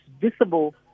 visible